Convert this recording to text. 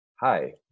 hi